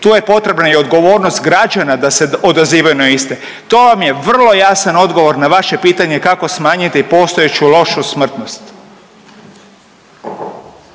Tu je potrebna i odgovornost građana da se odazivaju na iste. To vam je vrlo jasan odgovor na vaše pitanje kako smanjiti postojeću lošu smrtnost.